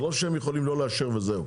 זה לא שהם יכולים לא לאשר וזהו,